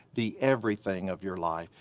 the everything of your life.